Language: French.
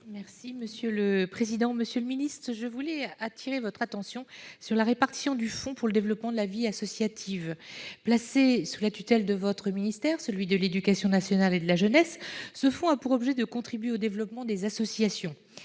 de la jeunesse. Monsieur le ministre, je souhaite appeler votre attention sur la répartition du fonds pour le développement de la vie associative. Placé sous la tutelle du ministère de l'éducation nationale et de la jeunesse, ce fonds a pour objet de contribuer au développement des associations.